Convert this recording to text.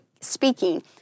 speaking